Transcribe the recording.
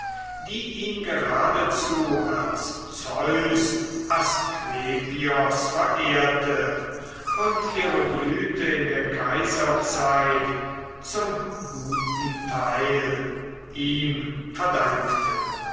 die ihn geradezu als zeus asklepios verehrte und ihre blüte in der kaiserzeit zum guten teil ihm verdankte